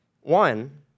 One